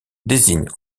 désigne